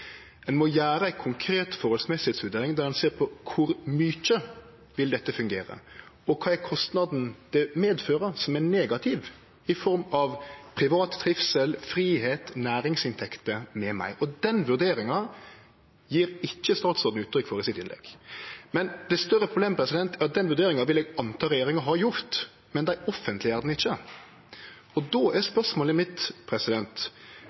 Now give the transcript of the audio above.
Ein må gjere ei konkret vurdering av det forholdsmessige der ein ser på kor mykje dette vil fungere, og kva som er den negative kostnaden, i form av privat trivsel, fridom, næringsinntekter, m.m. Den vurderinga gjev ikkje statsråden uttrykk for i innlegget sitt. Eit større problem er at eg reknar med at regjeringa har gjort den vurderinga, men at dei ikkje offentleggjer ho. Då er spørsmålet mitt: Kvifor har ikkje